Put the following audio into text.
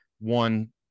one